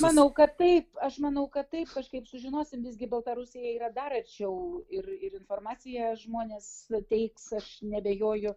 manau kad taip aš manau kad taip kažkaip sužinosim visgi baltarusija yra dar arčiau ir ir informaciją žmonės suteiks aš neabejoju